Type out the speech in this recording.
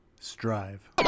Strive